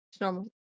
normal